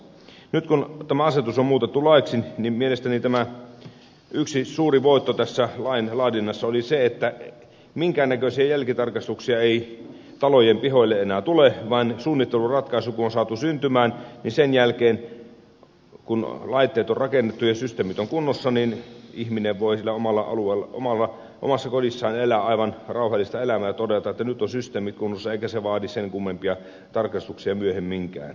nyt kun tämä asetus on muutettu laiksi niin mielestäni yksi suuri voitto tässä lain laadinnassa oli se että minkäännäköisiä jälkitarkastuksia ei talojen pihoille enää tule vaan kun suunnitteluratkaisu on saatu syntymään niin sen jälkeen kun laitteet on rakennettu ja systeemit ovat kunnossa ihminen voi siellä omassa kodissaan elää aivan rauhallista elämää ja todeta että nyt ovat systeemit kunnossa eikä se vaadi sen kummempia tarkastuksia myöhemminkään